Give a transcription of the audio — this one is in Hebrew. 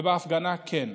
לא, והפגנה כן.